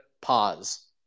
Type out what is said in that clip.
pause